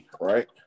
right